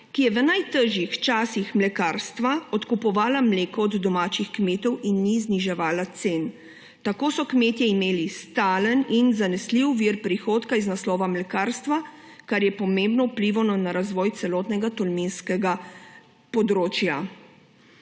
ki je v najtežjih časih mlekarstva odkupovala mleko od domačih kmetov in ni zniževala cen. Tako so kmetje imeli stalen in zanesljiv vir prihodka iz naslova mlekarstva, kar je pomembno vplivalo na razvoj celotnega tolminskega področja